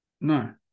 No